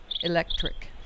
electric